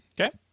Okay